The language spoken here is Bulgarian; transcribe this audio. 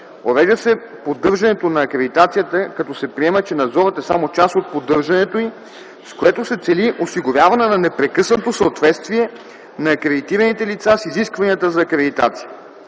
Урежда се поддържането на акредитацията, като се приема, че надзорът е само част от поддържането й, с което се цели осигуряване на непрекъснато съответствие на акредитираните лица с изискванията за акредитация.